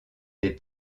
des